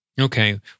Okay